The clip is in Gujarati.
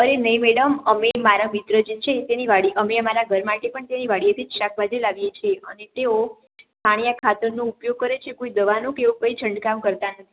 અરે નહીં મેડમ અમે મારા મિત્ર જે છે તેની વાડી અમે અમારા ઘર માટે પણ તેની વાડીએથી જ શાકભાજી લાવીએ છીએ અને તેઓ છાણીયા ખાતરનો ઉપયોગ કરે છે કોઈ દવાનો કે એવો કંઈ છંટકાવ કરતા નથી